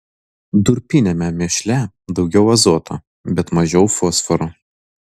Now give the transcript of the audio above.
durpiniame mėšle daugiau azoto bet mažiau fosforo